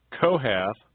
Kohath